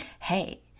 Hey